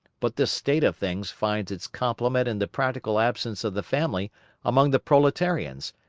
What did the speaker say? but this state of things finds its complement in the practical absence of the family among the proletarians,